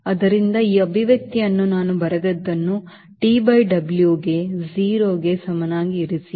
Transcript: ಆದ್ದರಿಂದ ಆ ಅಭಿವ್ಯಕ್ತಿಯಲ್ಲಿ ನಾನು ಬರೆದದ್ದನ್ನು T by W ಗೆ 0 ಗೆ ಸಮನಾಗಿ ಇರಿಸಿ